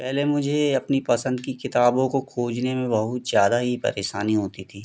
पहले मुझे अपनी पसंद की किताबों को खोजने में बहुत ज्यादा ही परेशानी होती थी